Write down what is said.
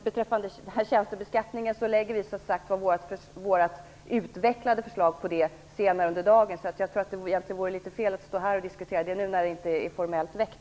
Beträffande tjänstebeskattningen lägger vi som sagt fram vårt utvecklade förslag senare under dagen, så det vore fel att diskutera den saken nu, när förslaget ännu inte är formellt väckt.